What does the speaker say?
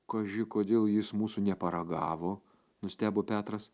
kaži kodėl jis mūsų neparagavo nustebo petras